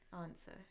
Answer